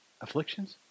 Afflictions